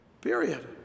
Period